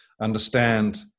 understand